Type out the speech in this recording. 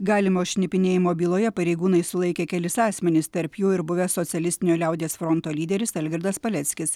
galimo šnipinėjimo byloje pareigūnai sulaikė kelis asmenis tarp jų ir buvęs socialistinio liaudies fronto lyderis algirdas paleckis